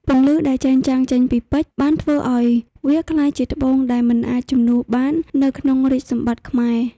ពន្លឺដែលចាំងចេញពីពេជ្របានធ្វើឱ្យវាក្លាយជាត្បូងដែលមិនអាចជំនួសបាននៅក្នុងរាជសម្បត្តិខ្មែរ។